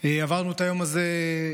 עברנו את היום הזה יחד,